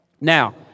Now